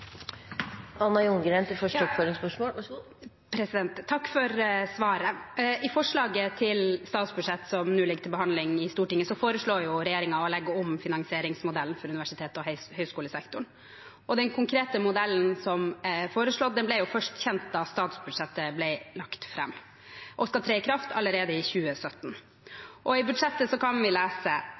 Takk for svaret. I forslaget til statsbudsjett som nå ligger til behandling i Stortinget, foreslår regjeringen å legge om finansieringsmodellen for universitets- og høyskolesektoren. Den konkrete modellen som er foreslått, ble først kjent da statsbudsjettet ble lagt fram, og den skal tre i kraft allerede i 2017. I budsjettet kan vi lese